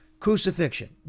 crucifixion